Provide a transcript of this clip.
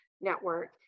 network